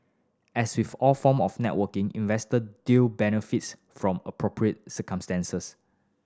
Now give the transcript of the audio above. as with all form of networking investor deal benefits from appropriate circumstances